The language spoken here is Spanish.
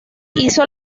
hizo